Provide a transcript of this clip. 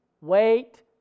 wait